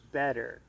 better